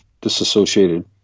disassociated